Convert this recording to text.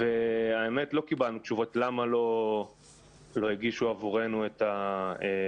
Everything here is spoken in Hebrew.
והאמת היא שלא קיבלנו תשובות לשאלה למה לא הגישו עבורנו את המסמכים.